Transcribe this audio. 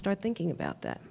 start thinking about that